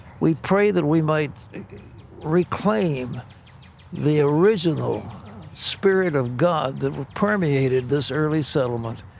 we pray that we might reclaim the original spirit of god that permeated this early settlement.